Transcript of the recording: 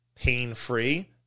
pain-free